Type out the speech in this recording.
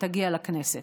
תגיע לכנסת.